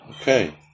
okay